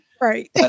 Right